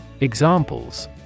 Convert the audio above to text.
Examples